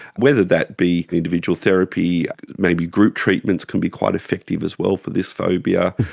whether that be individual therapy, maybe group treatments can be quite effective as well for this phobia.